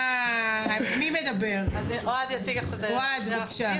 אוהד, בבקשה.